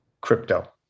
crypto